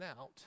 out